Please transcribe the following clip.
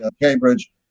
Cambridge